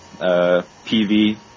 PV